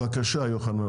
בבקשה יוחננוב.